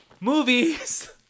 movies